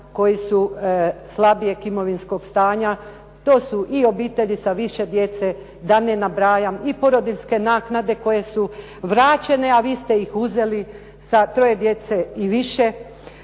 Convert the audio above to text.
koji su slabijeg imovinskog stanja. To su i obitelji sa više djece da ne nabrajam i porodiljske naknade koje su vraćene, a vi ste ih uzeli sa troje djece i više.